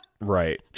right